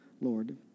Lord